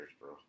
bro